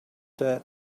that